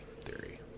theory